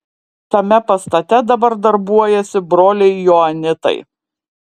tame pastate dabar darbuojasi broliai joanitai